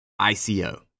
ICO